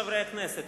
חברי הכנסת,